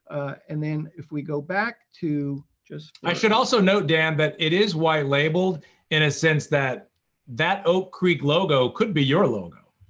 and then, if we go back to just for i should also note, dan, that it is white-labeled in a sense that that oak creek logo could be your logo.